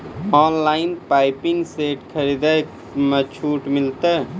Online pumping set खरीदारी मे छूट मिलता?